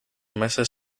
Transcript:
meses